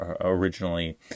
originally